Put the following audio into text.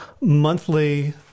monthly